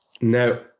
Now